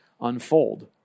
unfold